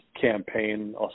campaign